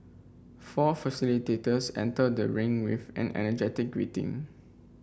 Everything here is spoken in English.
four facilitators enter the ring with an energetic greeting